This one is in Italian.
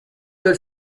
del